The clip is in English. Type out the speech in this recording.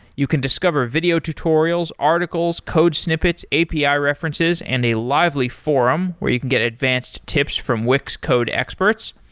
you can discover video tutorials, articles, code snippets, api ah references and a lively forum where you can get advanced tips from wix code experts.